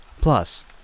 Plus